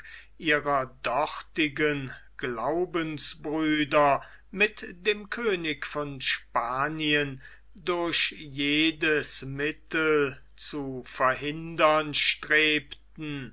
ihrer dortigen glaubensbrüder mit dem könig von spanien durch jedes mittel zu verhindern strebten